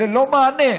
ללא מענה.